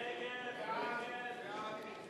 רוחמה אברהם-בלילא,